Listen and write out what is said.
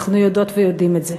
אנחנו יודעות ויודעים את זה.